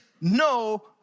no